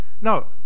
no